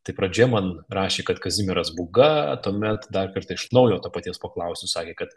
tai pradžioje man rašė kad kazimieras būga tuomet dar kartą iš naujo to paties paklausiau sakė kad